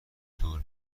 دور